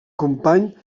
company